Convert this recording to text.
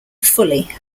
fully